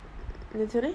என்ன:enna sorry